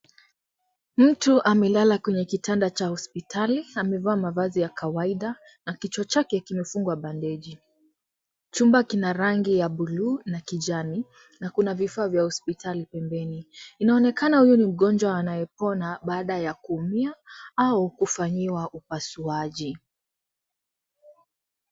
Mtu amelala kwenye kitanda cha hospitali. Amevaa mavazi ya kawaida na kichwa chake kimefungwa bandeji. Chumba kina rangi ya buluu na kijani na kuna vifaa vya hospitali pembeni. Inaonekana huyu ni mgonjwa anayepona baada ya kuumia au kufanyiwa upasuaji.